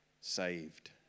saved